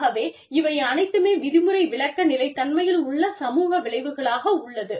ஆகவே இவை அனைத்துமே விதிமுறை விளக்க நிலைத்தன்மையில் உள்ள சமூக விளைவுகளாக உள்ளது